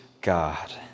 God